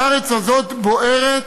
הארץ הזאת בוערת